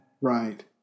right